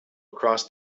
across